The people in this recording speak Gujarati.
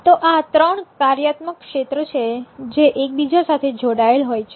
તો આ ત્રણ કાર્યાત્મક ક્ષેત્ર છે જે એકબીજા સાથે જોડાયેલા હોય છે